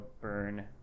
Burn